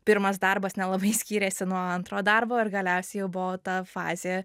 pirmas darbas nelabai skyrėsi nuo antro darbo ir galiausiai jau buvo ta fazė